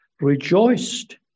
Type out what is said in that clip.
rejoiced